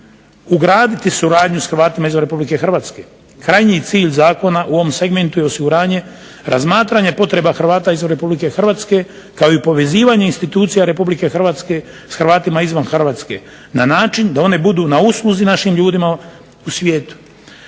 ugraditi suradnju s Hrvatima izvan RH. Krajnji cilj zakona u ovom segmentu je osiguranje razmatranja potreba Hrvata izvan RH kao i povezivanje institucija RH s Hrvatima izvan Hrvatske na način da one budu na usluzi našim ljudima u svijetu.